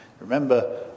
Remember